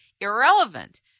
irrelevant